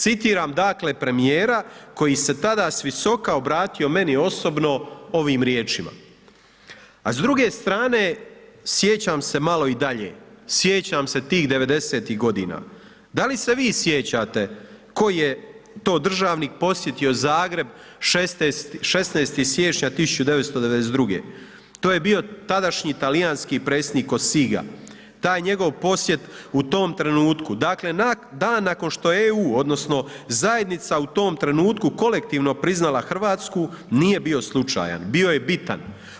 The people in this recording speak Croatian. Citiram dakle premijera koji se tada s visoka obratio meni osobno ovim riječima: A s druge strane sjećam se malo i dalje, sjećam se tih '90. godina, da li se vi sjećate koji je to državnik posjetio Zagreb 16. siječnja 1992., to je bio tadašnji talijanski predsjednik Kosiga, taj njegov posjet u tom trenutku dakle nakon što EU odnosno zajednica u tom trenutku kolektivno priznala Hrvatska nije bio slučajan, bio je bitan.